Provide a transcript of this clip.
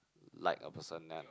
like a personal~